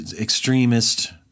extremist